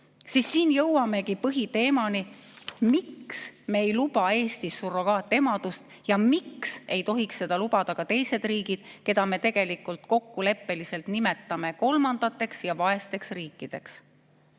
käies. Siit jõuamegi põhiteemani, miks me ei luba Eestis surrogaatemadust ja miks ei tohiks seda lubada ka teised riigid, keda me kokkuleppeliselt nimetame kolmandateks riikideks ja vaesteks riikideks.